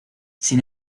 sin